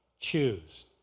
choose